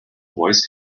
voice